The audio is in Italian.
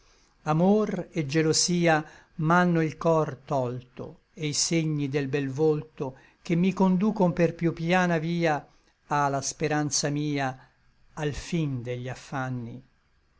amor et gelosia m'ànno il cor tolto e i segni del bel volto che mi conducon per piú piana via a la speranza mia al fin degli affanni